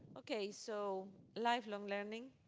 okay. so life-long learning.